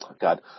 God